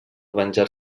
venjar